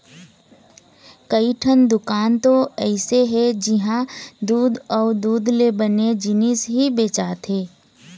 कइठन दुकान तो अइसे हे जिंहा दूद अउ दूद ले बने जिनिस ही बेचाथे